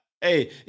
Hey